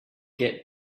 get